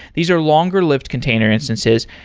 these are longer lived container instances.